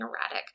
erratic